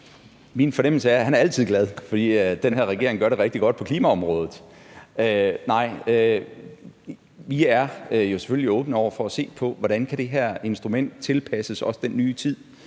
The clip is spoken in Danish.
Min fornemmelse er, at han altid er glad, fordi den her regering gør det rigtig godt på klimaområdet. Vi er jo selvfølgelig åbne over for at se på, hvordan det her instrument også kan tilpasses den nye tid,